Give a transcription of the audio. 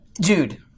dude